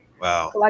Wow